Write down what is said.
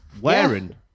Wearing